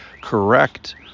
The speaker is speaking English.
correct